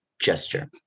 gesture